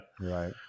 Right